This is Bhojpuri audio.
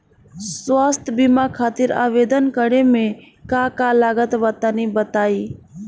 स्वास्थ्य बीमा खातिर आवेदन करे मे का का लागत बा तनि बताई?